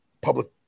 public